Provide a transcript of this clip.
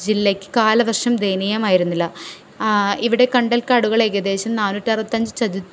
ജില്ലയ്ക്ക് കാലവർഷം ദയനീയമായിരുന്നില്ല ഇവിടെ കണ്ടൽക്കാടുകൾ ഏകദേശം നാനൂറ്റി അറുപത്തിയഞ്ച്